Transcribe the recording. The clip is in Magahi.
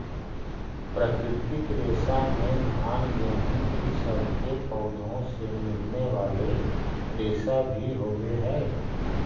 प्राकृतिक रेशा में घान गेहूँ इ सब के पौधों से मिलने वाले रेशा भी होवेऽ हई